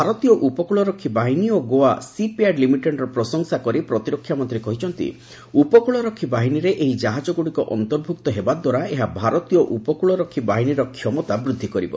ଭାରତୀୟ ଉପକୂଳରକ୍ଷୀ ବାହିନୀ ଓ ଗୋଆ ସିପ୍ୟାର୍ଡ୍ ଲିମିଟେଡ୍ର ପ୍ରଶଂସା କରି ପ୍ରତିରକ୍ଷା ମନ୍ତ୍ରୀ କହିଛନ୍ତି ଉପକୂଳରକ୍ଷୀ ବାହିନୀରେ ଏହି ଜାହାଜଗୁଡ଼ିକ ଅନ୍ତର୍ଭୁକ୍ତ ହେବା ଦ୍ୱାରା ଏହା ଭାରତୀୟ ଉପକୂଳରକ୍ଷୀ ବାହିନୀର କ୍ଷମତା ବୃଦ୍ଧି କରିବ